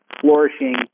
flourishing